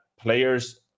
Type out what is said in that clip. players